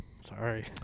sorry